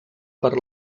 per